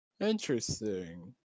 Interesting